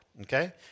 okay